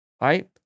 Right